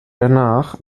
danach